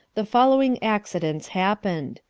the following accidents happened.